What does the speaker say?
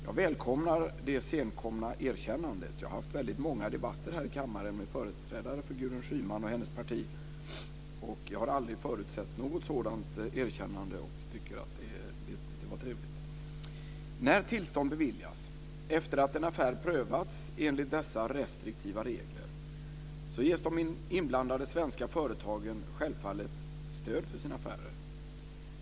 Jag välkomnar det senkomna erkännandet. Jag har haft väldigt många debatter här i kammaren med företrädare för Gudrun Schyman och hennes parti, och jag har aldrig förutsett något sådant erkännande. Jag tycker att det var trevligt. När tillstånd beviljats, efter att en affär prövats enligt dessa restriktiva regler, ges de inblandade svenska företagen självfallet stöd för sina affärer.